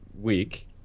week